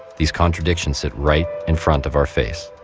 these contradictions sit right in front of our face.